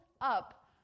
up